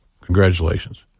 Congratulations